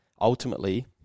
ultimately